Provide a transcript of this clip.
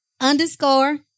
underscore